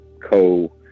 co